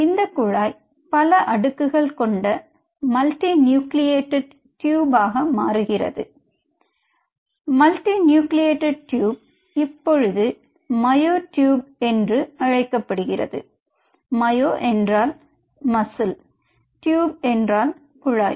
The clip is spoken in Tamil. இந்த குழாய் பல அடுக்குகள் கொண்ட மல்டி நியூக்ளியேட்டட் டியூப் மாறுகிறது மல்டி நியூக்ளியேட்டட் டியூப் இப்பொழுது மையோ டியூப் என்று அழைக்கப்படுகிறது மையோ என்றால் மசில் டியூப் என்றால் குழாய்